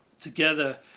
together